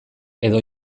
edo